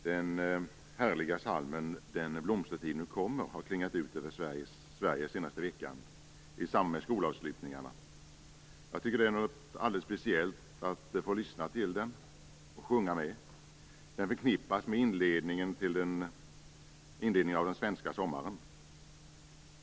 Herr talman! Den härliga psalmen Den blomstertid nu kommer har klingat ur över Sverige senaste veckan i samband med skolavslutningarna. Jag tycker att det är något alldeles speciellt att få lyssna till den och sjunga med. Den förknippas med inledningen av den svenska sommaren.